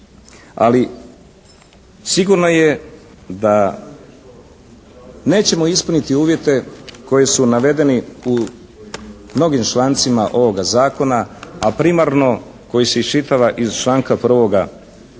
Ali sigurno je da nećemo ispuniti uvjete koji su navedeni u mnogim člancima ovoga zakona, a primarno koji se iščitava iz članka 1. u kojem